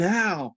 now